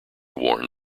worn